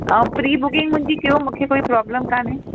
ऐं pre booking मुंहिंजी कयो मूंखे कोई प्रॉब्लम कोन्हे